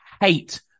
hate